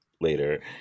later